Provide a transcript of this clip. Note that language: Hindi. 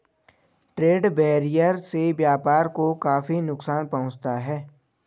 ट्रेड बैरियर से व्यापार को काफी नुकसान पहुंचता है